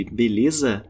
beleza